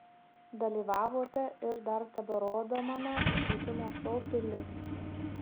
dalyvavote ir dar teberodomame išlikimo šou pilis